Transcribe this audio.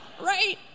Right